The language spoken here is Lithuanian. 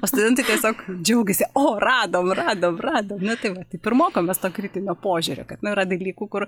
o studentai tiesiog džiaugiasi o radom radom radom na tai va taip ir mokomės to kritinio požiūrio kad na yra dalykų kur